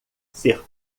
ser